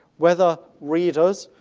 whether readers,